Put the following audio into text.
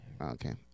Okay